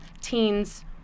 teens